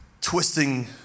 twisting